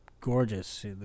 gorgeous